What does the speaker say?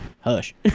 Hush